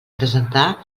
presentar